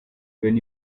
when